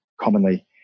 commonly